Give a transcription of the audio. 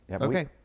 Okay